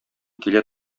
килә